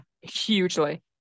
hugely